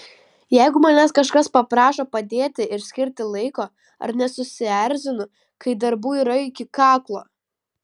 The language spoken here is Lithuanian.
jeigu manęs kažkas paprašo padėti ir skirti laiko ar nesusierzinu kai darbų yra iki kaklo